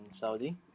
Saudi